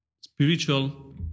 spiritual